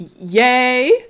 Yay